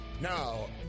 Now